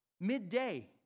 midday